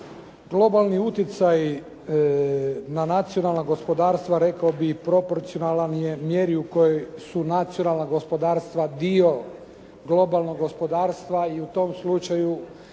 Globalni utjecaji na nacionalna gospodarstva rekao bih proporcionalan je mjeri u kojoj su nacionalna gospodarstva dio globalnog gospodarstva i u tom slučaju